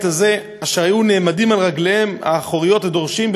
הזה אשר היו נעמדים על רגליהם האחוריות ודורשים,